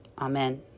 Amen